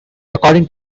according